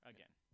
Again